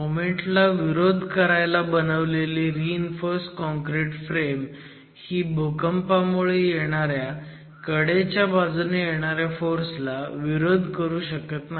मोमेंटला विरोध करायला बनवलेली रीइन्फोर्स काँक्रिट फ्रेम ही भूकंपामुळे येणाऱ्या कडेच्या बाजूने येणाऱ्या फोर्स ला विरोध करू शकत नाही